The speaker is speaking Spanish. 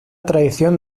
tradición